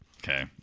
Okay